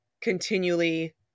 continually